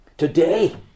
Today